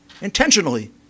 intentionally